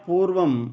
पूर्वं